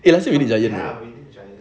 eh last year we did giant